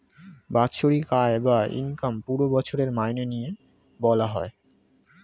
বাৎসরিক আয় বা ইনকাম পুরো বছরের মাইনে নিয়ে বলা হয়